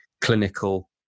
clinical